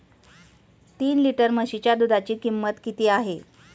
तीन लिटर म्हशीच्या दुधाची किंमत किती आहे?